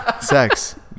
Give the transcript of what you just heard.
Sex